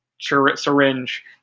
syringe